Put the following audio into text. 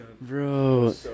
bro